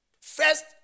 First